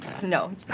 No